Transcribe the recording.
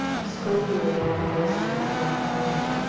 a sculptor long resident in that colony,